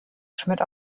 schmidt